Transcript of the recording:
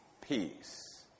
Peace